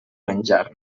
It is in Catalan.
menjar